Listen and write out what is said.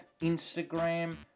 Instagram